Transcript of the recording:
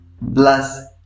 Bless